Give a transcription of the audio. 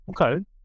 Okay